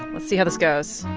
let's see how this goes.